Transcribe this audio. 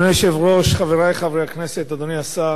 אדוני היושב-ראש, חברי חברי הכנסת, אדוני השר,